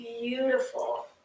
beautiful